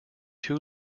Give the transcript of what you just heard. two